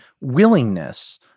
willingness